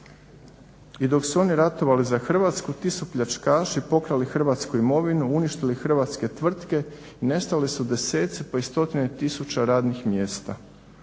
I dok su oni ratovali za Hrvatsku ti su pljačkaši pokrali hrvatsku imovinu, uništili hrvatske tvrtke i nestali su deseci pa i stotine tisuća radnih mjesta.